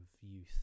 youth